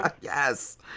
Yes